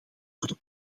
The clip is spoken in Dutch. orde